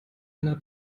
einer